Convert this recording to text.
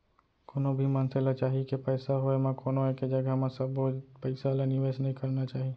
कोनो भी मनसे ल चाही के पइसा होय म कोनो एके जघा म सबो पइसा ल निवेस नइ करना चाही